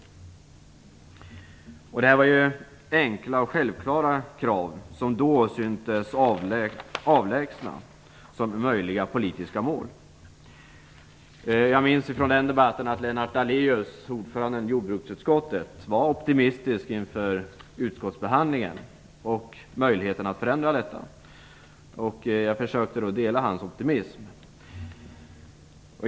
Detta var ju enkla och självklara krav som då syntes avlägsna som möjliga politiska mål. Jag minns ifrån den debatten att Lennart Daléus, ordförande i jordbruksutskottet, var optimistisk inför utskottsbehandlingen och möjligheten att åstadkomma en förändring. Jag försökte att dela hans optimism.